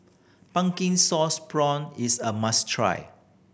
pumpkin sauce prawn is a must try